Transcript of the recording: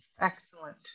Excellent